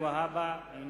אין